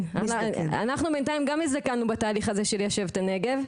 אנחנו בינתיים גם הזדקנו בתהליך הזה של ליישב את הנגב.